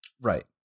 Right